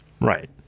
Right